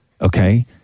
Okay